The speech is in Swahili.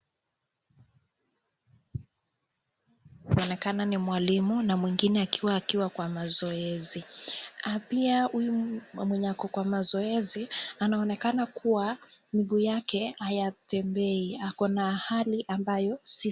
Inaonekana ni mwalimu na mwingine akiwa kwa mazoezi. Pia huyu mwenye ako kwa mazoezi ,anaonekana kuwa miguu yake, haya tembei. Akona hali ambayo si sawa.